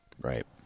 Right